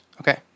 Okay